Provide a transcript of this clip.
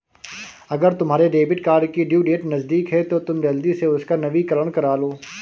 अगर तुम्हारे debit card की ड्यू डेट नज़दीक है तो तुम जल्दी से उसका नवीकरण करालो